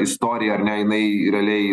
istorija ar ne jinai realiai